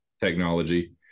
technology